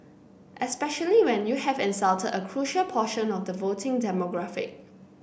especially when you have insulted a crucial portion of the voting demographic